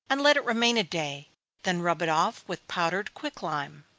and let it remain a day then rub it off with powdered quicklime.